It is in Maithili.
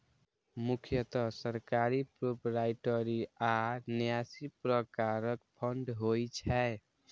मुख्यतः सरकारी, प्रोपराइटरी आ न्यासी प्रकारक फंड होइ छै